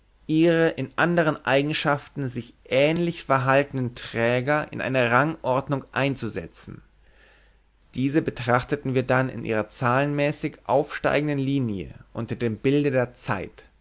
ihre in anderen eigenschaften sich ähnlich verhaltenden träger in eine rangordnung einzusetzen diese betrachteten wir dann in ihrer zahlenmäßig aufsteigenden linie unter dem bilde der zeit